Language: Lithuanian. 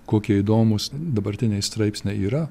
kokie įdomūs dabartiniai straipsniai yra